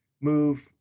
move